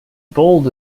bold